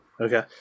Okay